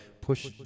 push